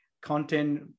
content